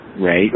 right